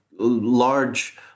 large